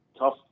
tough